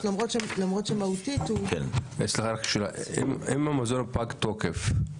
הרשימה הערבית המאוחדת): אם המזון פג תוקף,